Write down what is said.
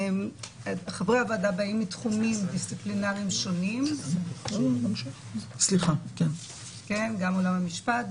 חברי הוועדה באים מתחומים דיסציפלינריים שונים - גם עולם המשפט,